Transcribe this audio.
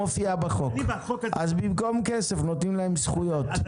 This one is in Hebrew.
אז במקום כסף נותנים להם זכויות.